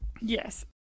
Yes